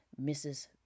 Mrs